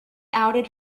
outed